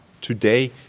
today